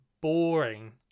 boring